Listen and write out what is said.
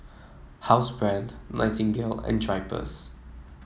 Housebrand Nightingale and Drypers